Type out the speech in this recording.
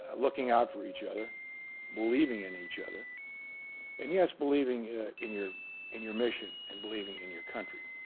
looking out for each other believing in each other and yes believing in your in your mission and believing in your country.